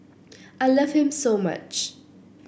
I love him so much